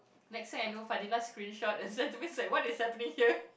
next thing I know Fadilah screenshot and send to me said what is happening here